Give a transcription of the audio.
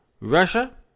Russia